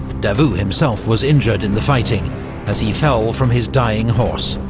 davout himself was injured in the fighting as he fell from his dying horse,